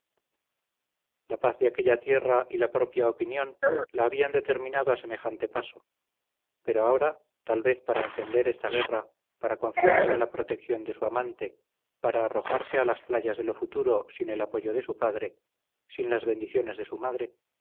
la paz de aquella tierra y la propia opinión la habían determinado a semejante paso pero ahora tal vez para encender esta guerra para confiarse a la protección de su amante para arrojarse a las playas de lo futuro sin el apoyo de su padre sin las bendiciones de su madre